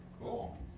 Cool